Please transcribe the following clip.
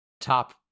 top